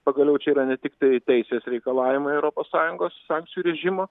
pagaliau čia yra ne tik tai teisės reikalavimai europos sąjungos sankcijų režimo